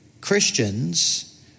Christians